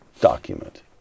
document